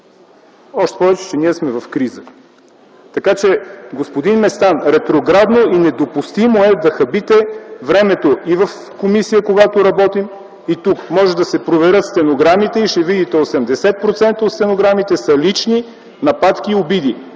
още повече че ние сме в криза. Така че, господин Местан, ретроградно и недопустимо е да хабите времето и в комисия, когато работим, и тук. Може да се проверят стенограмите и ще видите, че 80% от стенограмите са лични нападки и обиди.